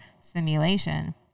simulation